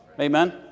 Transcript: Amen